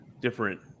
different